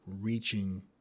reaching